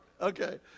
okay